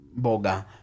boga